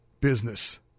business